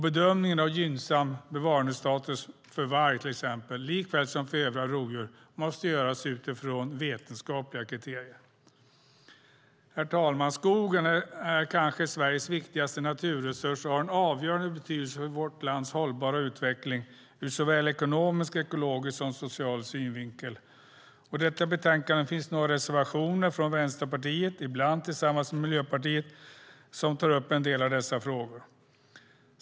Bedömningen av gynnsam bevarandestatus för varg måste liksom för övriga rovdjur göras utifrån vetenskapliga kriterier. Herr talman! Skogen är kanske Sveriges viktigaste naturresurs och har en avgörande betydelse för vårt lands hållbara utveckling ur ekonomisk, ekologisk och social synvinkel. I detta betänkande finns några reservationer från Vänsterpartiet, ibland tillsammans med Miljöpartiet, som tar upp en del av dessa frågor.